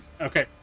Okay